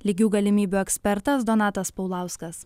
lygių galimybių ekspertas donatas paulauskas